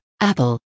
apple